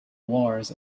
wars